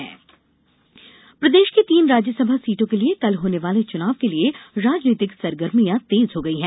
राज्यसभा चुनाव प्रदेश की तीन राज्यसभा सीटों के लिये कल होने वाले चुनाव के लिये राजनीतिक सरगर्मियां तेज हो गई हैं